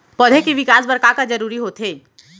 पौधे के विकास बर का का जरूरी होथे?